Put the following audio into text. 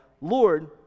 Lord